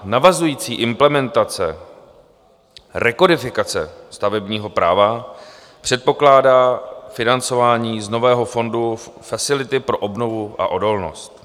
Navazující implementace rekodifikace stavebního práva předpokládá financování z nového fondu Facility pro obnovu a odolnost.